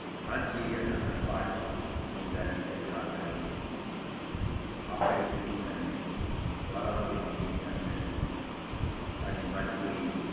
ते हर चीज असें अपने घर च जमींदारी बिचा त्यार करने आं ते आपें कुकिंग करने आं बाह्रे दा कोई बी चीज निं अस निं लैन्ने आं हरी मर्च होई